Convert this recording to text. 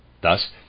Thus